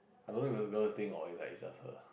I don't know if it's a girls thing or is like just her